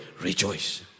rejoice